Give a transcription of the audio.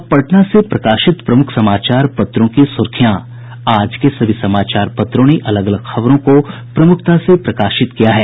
अब पटना से प्रकाशित प्रमुख समाचार पत्रों की सुर्खियां आज के सभी समाचार पत्रों ने अलग अलग खबरों को प्रमुखता से प्रकाशित किया है